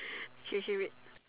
K K wait